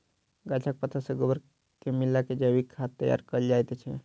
गाछक पात आ गोबर के मिला क जैविक खाद तैयार कयल जाइत छै